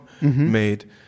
made